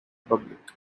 public